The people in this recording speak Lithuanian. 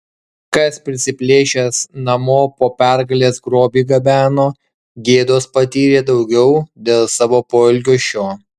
kas prisiplėšęs namo po pergalės grobį gabeno gėdos patyrė daugiau dėl savo poelgio šio